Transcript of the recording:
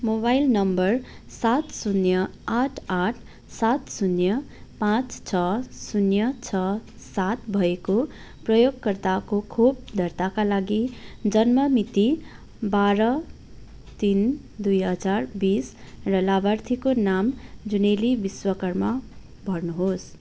mobile नम्बर सात शून्य आठ आठ सात शून्य पाँच छ शून्य छ सात भएको प्रयोगकर्ताको खोप दर्ताका लागि जन्म मिति बाह्र तिन दुई हजार बिस र लाभार्थीको नाम जुनेली विश्वकर्मा भर्नुहोस्